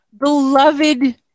beloved